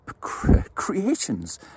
creations